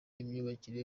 imyubakire